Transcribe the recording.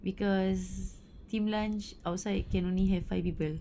because team lunch outside can only have five people